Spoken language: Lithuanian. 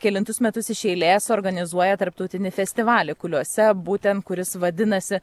kelintus metus iš eilės organizuoja tarptautinį festivalį kuliuose būtent kuris vadinasi